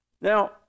Now